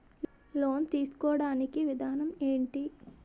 Loan తీసుకోడానికి విధానం ఏంటి?